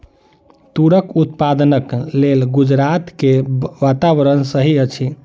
तूरक उत्पादनक लेल गुजरात के वातावरण सही अछि